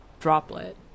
droplet